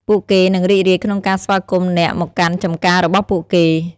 ពួកគេនឹងរីករាយក្នុងការស្វាគមន៍អ្នកមកកាន់ចម្ការរបស់ពួកគេ។